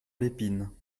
lépine